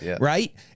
Right